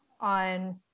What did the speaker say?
on